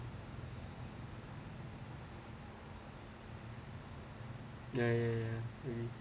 ya ya ya ya really